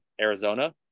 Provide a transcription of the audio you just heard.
Arizona